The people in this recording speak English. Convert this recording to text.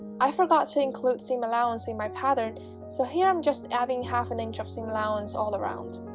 i forgot to include seam allowance in my pattern so here i'm just adding half an inch of seam allowance all around